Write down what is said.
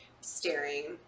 staring